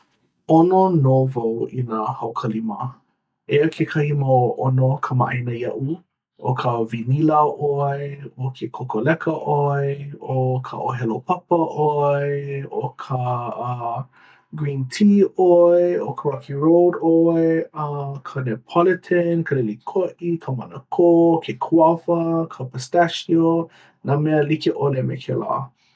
ʻono nō wau i nā hau kalima. Eia kekahi mau ʻono kamaʻāina iaʻu. ʻo ka vinila ʻoe, ʻo ke kokoleka ʻoe, ʻo ka ʻōhelopapa ʻoe, ʻo ka uh green tea ʻoe, ʻo ka rocky road ʻoe, uh ka neapolitan, ka lilikoʻi, ka manakō, ke kuawa, ka pistachio nā mea like ʻole me kēlā.